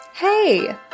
Hey